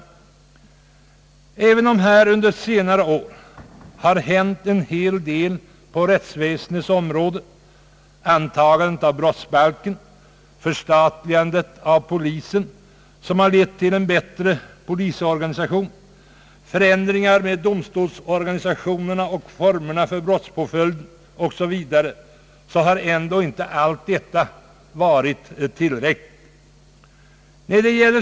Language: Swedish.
Även om det under senare år har Statsverkspropositionen m.m. hänt en hel del på rättsväsendets område — antagandet av brottsbalken, polisens förstatligande som har lett till en bättre polisorganisation, förändringar i domstolsorganisationen och for merna för brottspåföljd o. s. v. — så har ändå inte allt detta varit tillräckligt.